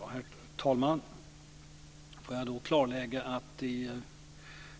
Herr talman! Låt mig då klarlägga att det